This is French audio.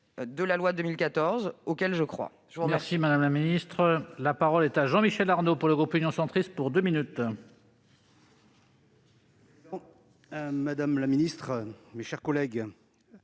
de la loi 2014, auquel je crois.